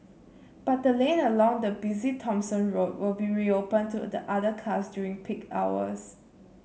but the lane along the busy Thomson Road will be reopened to other cars during peak hours